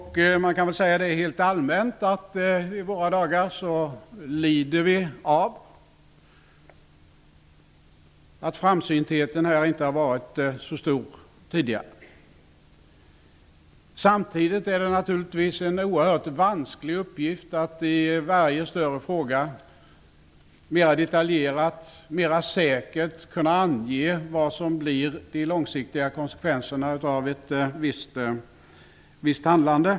Man kan säga rent allmänt att vi i våra dagar lider av att framsyntheten inte har varit så stor tidigare. Samtidigt är det naturligtvis en oerhört vansklig uppgift att i varje större fråga mer detaljerat och säkert ange vad som blir den långsiktiga konsekvensen av ett visst handlande.